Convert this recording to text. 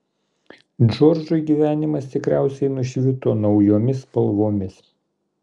džordžui gyvenimas tikriausiai nušvito naujomis spalvomis